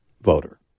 voter